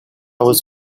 was